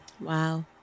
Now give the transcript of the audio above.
Wow